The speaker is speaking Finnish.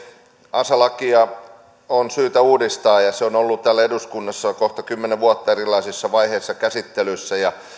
aselakia on syytä uudistaa ja se on ollut täällä eduskunnassa kohta kymmenen vuotta erilaisissa vaiheissa käsittelyssä